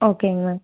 ஓகேங்க மேம்